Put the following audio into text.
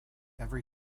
every